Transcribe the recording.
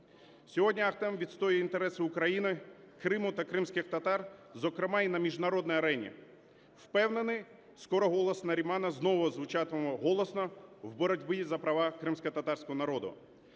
Сьогодні Ахтем відстоює інтереси України, Криму та кримських татар, зокрема і на міжнародній арені. Впевнений, скоро голос Нарімана знову звучатиме голосно в боротьбі за права кримськотатарського народу.